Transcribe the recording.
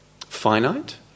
finite